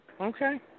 Okay